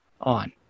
on